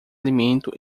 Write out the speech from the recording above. alimento